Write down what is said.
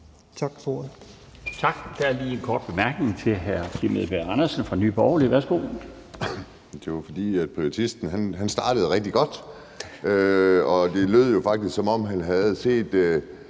Tak for ordet.